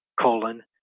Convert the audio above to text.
colon